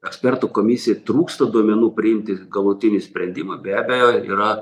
ekspertų komisijai trūksta duomenų priimti galutinį sprendimą be abejo yra